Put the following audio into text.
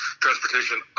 transportation